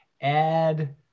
add